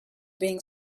being